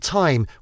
time